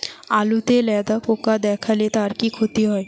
আলুতে লেদা পোকা দেখালে তার কি ক্ষতি হয়?